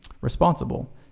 responsible